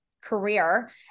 career